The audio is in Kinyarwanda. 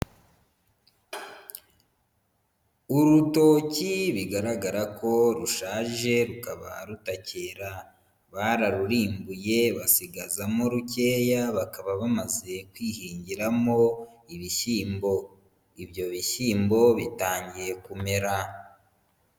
Urutoki bigaragara ko rushaje rukaba rutakera. Bararurimbuye basigazamo rukeya bakaba bamaze kwihingiramo ibishyimbo. Ibyo bishyimbo bitangiye kumera.